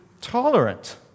tolerant